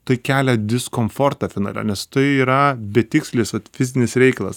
tai kelia diskomfortą finale nes tai yra betikslis vat fizinis reikalas